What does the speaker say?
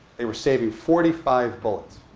they were saving forty five bullets.